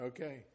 Okay